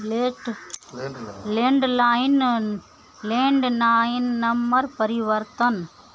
late landline landline number परिवर्तन